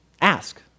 ask